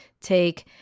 Take